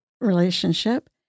relationship